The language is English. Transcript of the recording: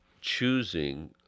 choosing